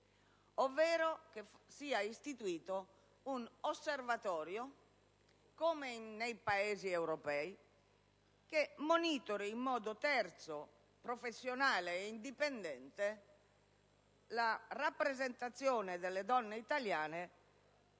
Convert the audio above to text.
che sia istituito un Osservatorio che, come in altri Paesi europei, monitori in modo terzo, professionale e indipendente la rappresentazione delle donne italiane